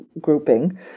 grouping